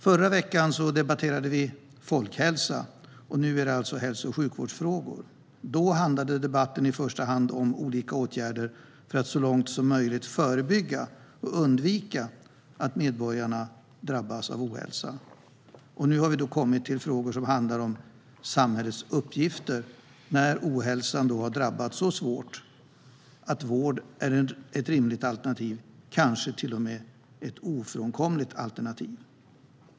Förra veckan debatterade vi folkhälsa, och nu gäller det hälso och sjukvårdsfrågor. Då handlade debatten i första hand om olika åtgärder för att så långt som möjligt förebygga och undvika att medborgarna drabbas av ohälsa, och nu har vi kommit till frågor som handlar om samhällets uppgifter när ohälsan har drabbat så svårt att vård är ett rimligt alternativ och kanske till och med ofrånkomligt alternativ.